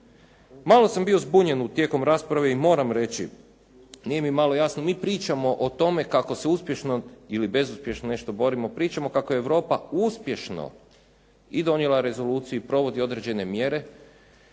Malo sam bio zbunjen tijekom rasprave i moram reći, nije mi malo jasno, mi pričamo o tome kako se uspješno ili bezuspješno nešto borimo, pričamo kako je Europa uspješno i donijela rezoluciju i provodi određene mjere